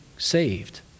Saved